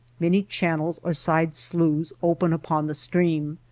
many channels or side-sloughs open upon the stream,